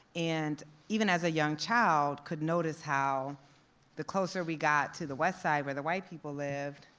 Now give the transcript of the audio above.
and even as a young child, could notice how the closer we got to the west side where the white people lived,